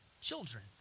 Children